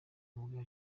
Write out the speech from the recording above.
umugabo